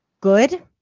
good